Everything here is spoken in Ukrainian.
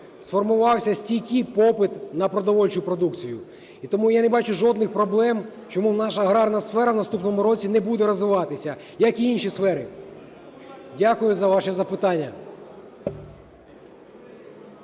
сформувався стійкий попит на продовольчу продукцію. І тому я не бачу жодних проблем, чому наша аграрна сфера в наступному році не буде розвиватися, як і інші сфери. Дякую за ваші запитання.